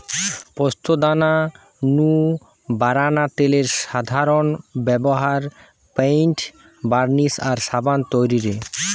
পোস্তদানা নু বারানা তেলের সাধারন ব্যভার পেইন্ট, বার্নিশ আর সাবান তৈরিরে